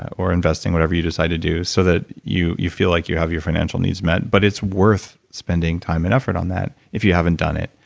or investing whatever you decide to do, so that you you feel like you have your financial needs met, but it's worth spending time and effort on that if you haven't done it,